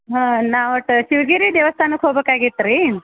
ಹಾಂ ನಾವು ಒಟ್ಟು ಶಿವಗಿರಿ ದೇವ್ಸ್ಥಾನಕ್ಕೆ ಹೋಗ್ಬೇಕಾಗಿತ್ ರೀ